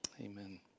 Amen